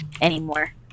anymore